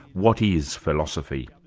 what is philosophy?